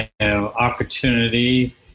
opportunity